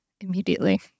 immediately